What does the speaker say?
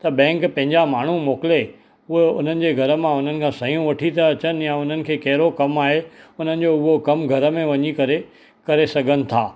त बैंक पंहिंजा माण्हू मोकिले उहो उन्हनि जे घर मां हुननि खां सयूं वठी था अचनि या हुननि खे कहिड़ो कमु आहे हुननि जो उहो कमु घर में वञी करे करे सघनि था